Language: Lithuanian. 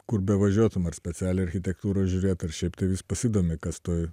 kur bevažiuotum ar specialią architektūrą žiūrėt ar šiaip tai vis pasidomi kas toj